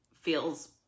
feels